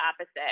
opposite